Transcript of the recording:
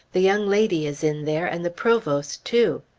the young lady is in there, and the provost, too!